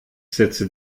setze